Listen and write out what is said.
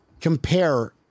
compare